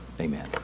Amen